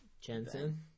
Jensen